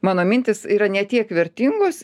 mano mintys yra ne tiek vertingos